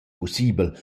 pussibel